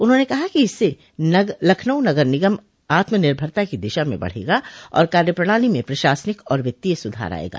उन्होंने कहा कि इससे लखनऊ नगर निगम आत्मनिर्भरता की दिशा में बढ़ेगा और कार्यप्रणाली में प्रशासनिक और वित्तीय सुधार आयेगा